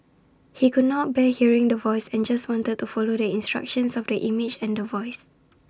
he could not bear hearing The Voice and just wanted to follow the instructions of the image and The Voice